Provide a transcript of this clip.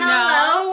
Hello